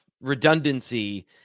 redundancy